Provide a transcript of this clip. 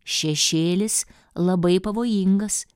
šešėlis labai pavojingas